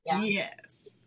Yes